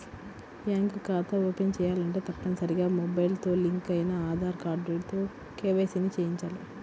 bank ఖాతా open చేయాలంటే తప్పనిసరిగా మొబైల్ తో లింక్ అయిన ఆధార్ కార్డుతో కేవైసీ ని చేయించాలి